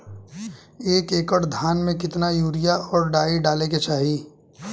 एक एकड़ धान में कितना यूरिया और डाई डाले के चाही?